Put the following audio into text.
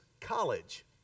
college